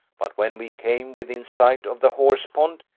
but when we came within sight of the horsepond,